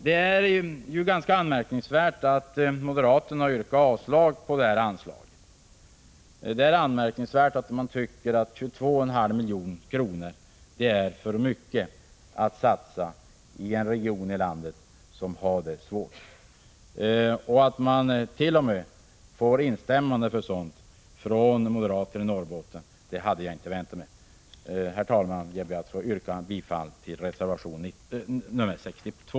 Det är ganska anmärkningsvärt att moderaterna yrkar avslag på vårt Prot. 1985/86:108 förslag till anslag. Det är förvånande att de tycker att 22,5 milj.kr. är för 3 april 1986 mycket pengar att satsa i en region i landet som har det svårt Att tom. moderater i Norrbotten skulle instämma i denna åsikt hade jag inte väntat Arbetsmar knadspolimig. tiken Herr talman! Jag ber att få yrka bifall till reservation nr 62.